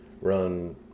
run